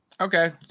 Okay